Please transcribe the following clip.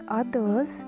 others